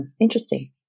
Interesting